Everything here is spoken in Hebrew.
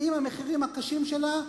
עם המחירים הקשים שלה,